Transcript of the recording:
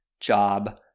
job